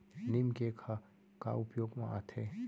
नीम cake ह का उपयोग मा आथे?